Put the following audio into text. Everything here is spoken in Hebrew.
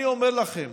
אני אומר לכם